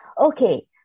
okay